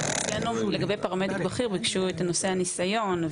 שהוועדה קיימה בזמנו דיונים רבים ואישרה את הנוסח לקריאה ראשונה,